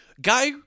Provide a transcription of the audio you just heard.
Guy